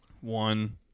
One